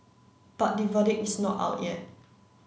but the verdict is not out yet